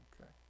Okay